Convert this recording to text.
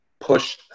push